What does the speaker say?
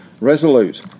Resolute